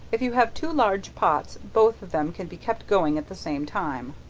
if you have two large pots both of them can be kept going at the same time.